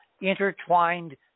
intertwined